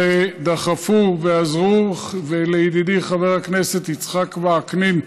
שדחפו ועזרו, ולידידי חבר הכנסת יצחק וקנין,